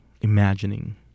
imagining